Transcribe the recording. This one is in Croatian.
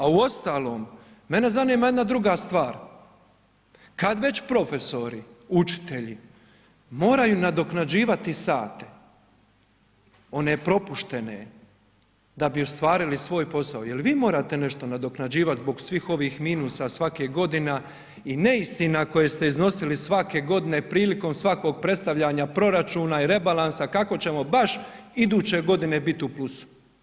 A uostalom, mene zanima jedna druga stvar, kad već profesori, učitelji moraju nadoknađivati sate, one propuštene, da bi ostvarili svoj posao, jel vi morate nešto nadoknađivat zbog svih ovih minusa svake godina i neistina koje ste iznosili svake godine prilikom svakog predstavljanja proračuna i rebalansa kako ćemo baš iduće godine bit u plusu.